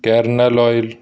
kernel oil